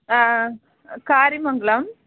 ஆ Kariyamangalam